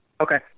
Okay